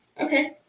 Okay